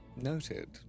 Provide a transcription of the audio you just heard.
Noted